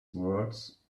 words